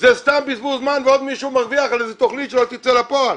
זה סתם בזבוז זמן ועוד מישהו מרוויח על איזו תוכנית שלא תצא לפועל.